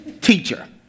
teacher